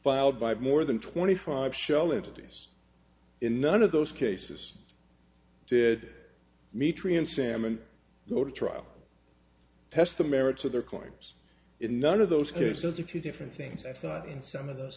filed by more than twenty five shell entities in none of those cases did mitri and salmon go to trial test the merits of their coins in none of those cases are two different things that's not in some of those